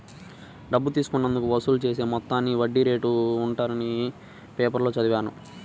డబ్బు తీసుకున్నందుకు వసూలు చేసే మొత్తాన్ని వడ్డీ రేటు అంటారని పేపర్లో చదివాను